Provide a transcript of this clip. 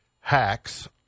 Hacks